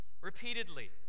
repeatedly